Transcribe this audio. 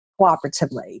cooperatively